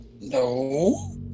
no